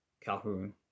Calhoun